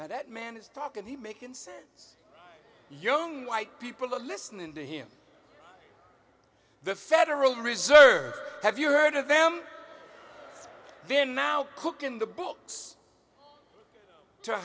now that man is talk of the making sense young white people are listening to him the federal reserve have you heard of them even now cooking the books to